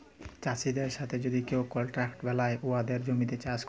চাষীদের সাথে যদি কেউ কলট্রাক্ট বেলায় উয়াদের জমিতে চাষ ক্যরে